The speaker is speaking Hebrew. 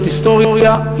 זאת היסטוריה,